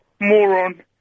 moron